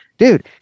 Dude